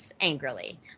angrily